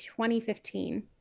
2015